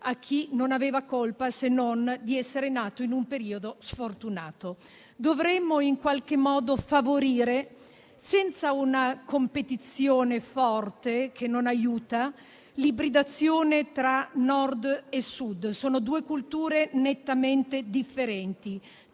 a chi non aveva colpa, se non di essere nato in un periodo sfortunato. Dovremmo in qualche modo favorire, senza una competizione forte che non aiuta, l'ibridazione tra Nord e Sud - sono due culture nettamente differenti